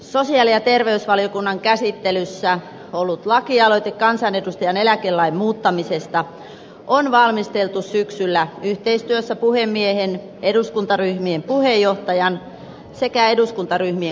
sosiaali ja terveysvaliokunnan käsittelyssä ollut lakialoite kansanedustajan eläkelain muuttamisesta on valmisteltu syksyllä yhteistyössä puhemiehen eduskuntaryhmien puheenjohtajien sekä eduskuntaryh mien kanssa